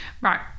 right